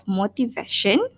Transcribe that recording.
motivation